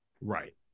Right